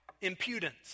impudence